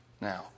now